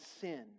sin